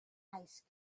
ice